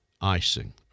Icing